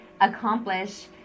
accomplish